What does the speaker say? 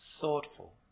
thoughtful